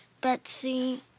Betsy